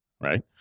right